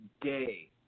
day